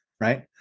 right